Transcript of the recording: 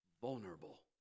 vulnerable